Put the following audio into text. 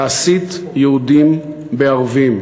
להסית יהודים בערבים,